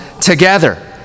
together